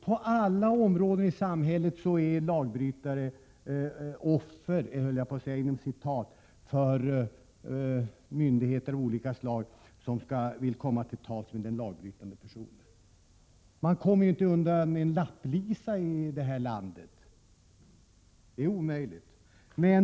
På alla områden i samhället är lagbrytare ”offer” för myndigheter av olika slag, som vill komma till tals med dem. Det är t.ex. omöjligt att komma undan en lapplisa i detta land.